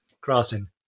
crossing